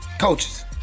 Coaches